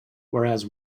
whereas